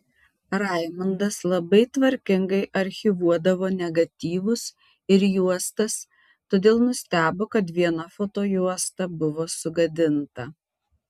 raimundas labai tvarkingai archyvuodavo negatyvus ir juostas todėl nustebo kad viena fotojuosta buvo sugadinta